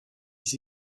les